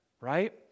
right